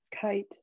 Kite